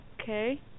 Okay